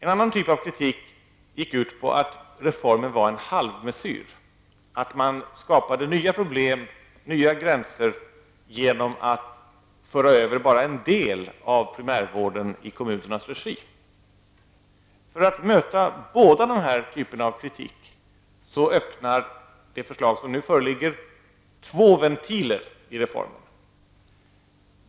En typ av kritik gick ut på att reformen var en halvmesyr, att man skapade nya problem och nya gränser genom att föra över bara en del av primärvården i kommunernas regi. För att möta båda dessa former av kritik öppnar det förslag som nu föreligger två ventiler i reformen.